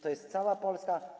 To jest cała Polska.